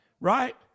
Right